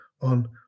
on